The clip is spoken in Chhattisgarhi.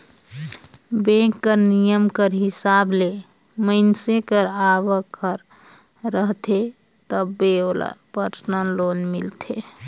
बेंक कर नियम कर हिसाब ले मइनसे कर आवक हर रहथे तबे ओला परसनल लोन मिलथे